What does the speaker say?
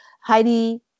Heidi